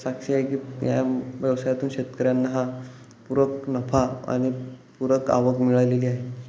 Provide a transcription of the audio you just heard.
साक्षी आहे की या व्यवसायातून शेतकऱ्यांना हा पूरक नफा आणि पूरक आवक मिळालेली आहे